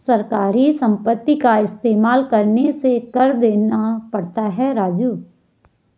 सरकारी संपत्ति का इस्तेमाल करने से कर देना पड़ता है राजू